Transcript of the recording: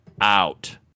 out